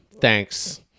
Thanks